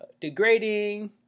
degrading